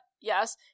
yes